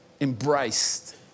embraced